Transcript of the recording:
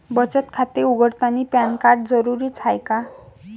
बचत खाते उघडतानी पॅन कार्ड जरुरीच हाय का?